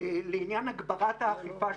לעניין הגברת האכיפה,